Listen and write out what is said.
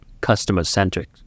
customer-centric